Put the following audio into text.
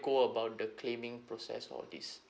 go about the claiming process all this